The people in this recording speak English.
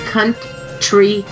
Country